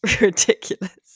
ridiculous